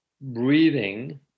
breathing